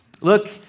Look